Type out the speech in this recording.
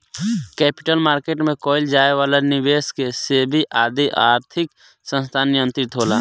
capital market में कईल जाए वाला निबेस के सेबी आदि आर्थिक संस्थान नियंत्रित होला